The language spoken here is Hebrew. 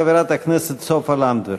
חברת הכנסת סופה לנדבר.